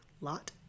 lot